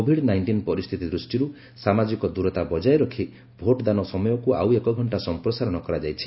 Covid nineteen ପରିସ୍ଥିତି ଦୃଷ୍ଟିରୁ ସାମାଜିକ ଦୂରତା ବଜାୟ ରଖି ଭୋଟଦାନ ସମୟକୁ ଆଉ ଏକଘଣ୍ଟା ସଂପ୍ରସାରଣ କରାଯାଇଛି